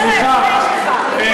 סליחה,